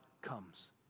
comes